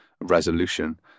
resolution